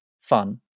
fun